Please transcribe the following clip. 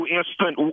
instant